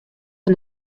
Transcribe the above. der